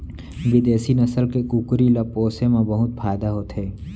बिदेसी नसल के कुकरी ल पोसे म बहुत फायदा होथे